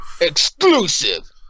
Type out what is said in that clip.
Exclusive